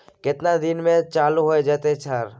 केतना दिन में चालू होय जेतै सर?